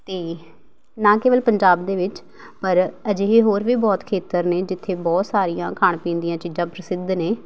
ਅਤੇ ਨਾ ਕੇਵਲ ਪੰਜਾਬ ਦੇ ਵਿੱਚ ਪਰ ਅਜਿਹੇ ਹੋਰ ਵੀ ਬਹੁਤ ਖੇਤਰ ਨੇ ਜਿੱਥੇ ਬਹੁਤ ਸਾਰੀਆਂ ਖਾਣ ਪੀਣ ਦੀਆਂ ਚੀਜ਼ਾਂ ਪ੍ਰਸਿੱਧ ਨੇ